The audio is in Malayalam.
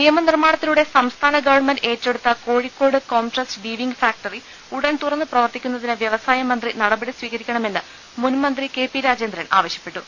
നിയമ നിർമാണത്തിലൂടെ സംസ്ഥാന ഗവൺമെന്റ് ഏറ്റെടുത്ത കോഴിക്കോട് കോംട്രസ്റ്റ് വീവിങ്ങ് ഫാക്ടറി ഉടൻ തുറന്നു പ്രവർത്തിപ്പിക്കുന്നതിന് വ്യവസായ ശ്മന്ത്രി നടപടി സ്വീകരിക്കണമെന്ന് മുൻ മന്ത്രി കെ പി രാജേന്ദ്രൻ ്ആവശ്യപ്പെട്ടു